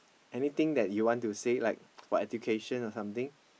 anything that you want to say like for education or something